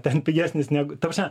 ten pigesnis negu ta prasme